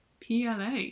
PLA